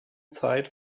zeit